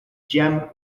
gem